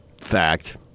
Fact